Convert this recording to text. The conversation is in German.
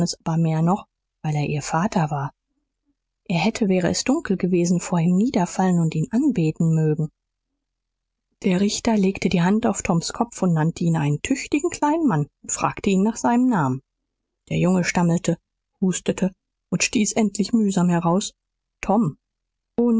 mehr noch weil er ihr vater war er hätte wäre es dunkel gewesen vor ihm niederfallen und ihn anbeten mögen der richter legte die hand auf toms kopf und nannte ihn einen tüchtigen kleinen mann und fragte ihn nach seinem namen der junge stammelte hustete und stieß endlich mühsam heraus tom